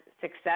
success